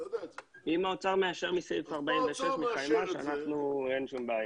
אם האוצר מאשר מסעיף 46 מחיימ"ש אין שום בעיה.